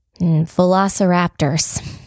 Velociraptors